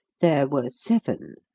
there were seven.